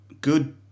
good